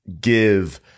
give